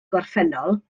gorffennol